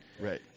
right